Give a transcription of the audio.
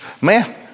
Man